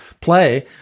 play